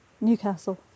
Newcastle